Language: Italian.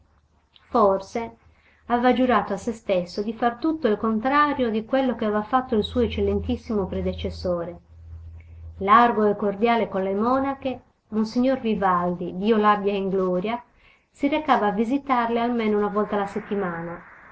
forse aveva giurato a se stesso di far tutto il contrario di quel che aveva fatto il suo eccell mo predecessore largo e cordiale con le monache monsignor vivaldi dio l'abbia in gloria si recava a visitarle almeno una volta la settimana